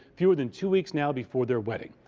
fewer than two weeks now before their wedding.